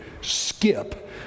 skip